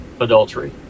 adultery